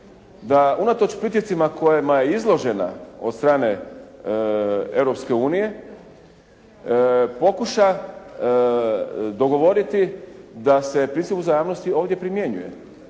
da unatoč pritiscima kojima je izložena od strane Europske unije pokuša dogovoriti da se princip uzajamnosti ovdje primjenjuje.